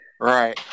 Right